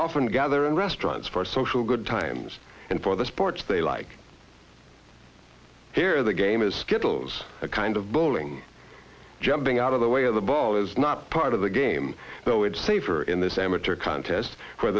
often gather in restaurants for social good times and for the sports they like here the game is skittles a kind of bowling jumping out of the way of the ball is not part of the game though it's safer in this amateur contest where